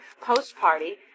post-party